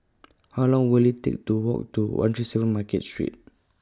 How Long Will IT Take to Walk to one three seven Market Street